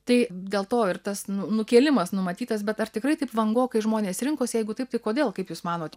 tai dėl to ir tas nu nukėlimas numatytas bet ar tikrai taip vangokai žmonės rinkosi jeigu taip tai kodėl kaip jūs manot